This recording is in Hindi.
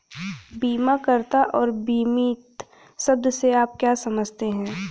बीमाकर्ता और बीमित शब्द से आप क्या समझते हैं?